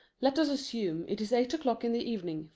let us assume it is eight o'clock in the evening,